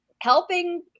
helping